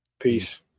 Peace